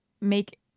make